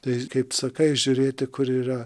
tai kaip sakai žiūrėti kur yra